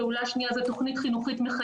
פעולה שנייה היא תכנית חינוכית מחייבת.